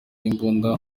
imbunda